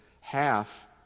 half